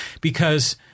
because-